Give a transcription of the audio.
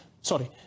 sorry